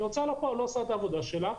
כי ההוצאה לפועל לא עושה את העבודה שלה,